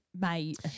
Mate